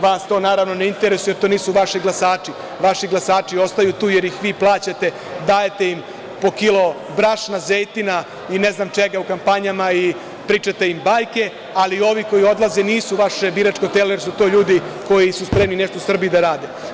Vas to, naravno ne interesuje, jer to nisu vaši glasači, vaši glasači ostaju tu jer ih vi plaćate, dajete im po kilo brašna, zejtina, i ne znam čega u kampanjama, pričate im bajke, ali, ovi koji odlaze nisu vaše biračko telo, jer su to ljudi koji su spremni nešto u Srbiji da rade.